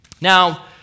Now